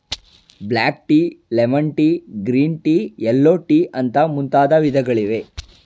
block tea, lemon tea, green tea, yellow tea ಅಂತ ಮುಂತಾದ ವಿಧಗಳಿವೆ